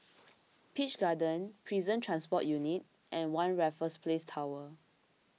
Peach Garden Prison Transport Unit and one Raffles Place Tower